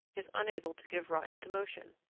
is unable to give rise to motion.